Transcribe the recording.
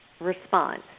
response